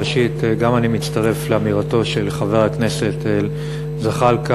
ראשית, גם אני מצטרף לאמירתו של חבר הכנסת זחאלקה.